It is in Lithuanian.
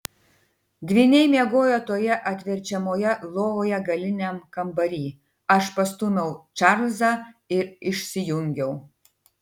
dvyniai miegojo toje atverčiamoje lovoje galiniam kambary aš pastūmiau čarlzą ir išsijungiau